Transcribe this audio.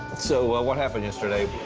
so what happened yesterday?